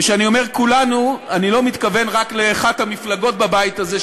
וכשאני אומר כולנו אני לא מתכוון רק לאחת המפלגות בבית הזה,